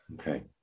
Okay